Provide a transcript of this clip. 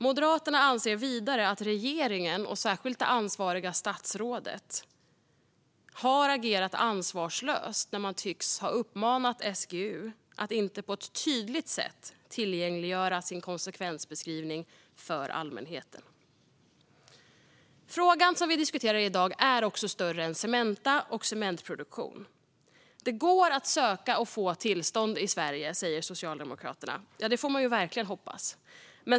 Moderaterna anser vidare att regeringen och särskilt ansvarigt statsråd har agerat ansvarslöst när man tycks ha uppmanat SGU att inte på ett tydligt sätt tillgängliggöra sin konsekvensbeskrivning för allmänheten. Den fråga vi diskuterar i dag är större än bara Cementa och cementproduktion. Det går att söka och få tillstånd i Sverige, säger Socialdemokraterna. Ja, det får man verkligen hoppas.